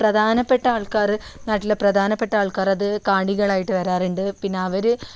പ്രധാനപ്പെട്ട ആൾക്കാർ നാട്ടിലെ പ്രധാനപ്പെട്ട ആൾക്കാർ അത് കാണികളായിട്ട് വരാറുണ്ട് പിന്നെ അവർ